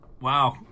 Wow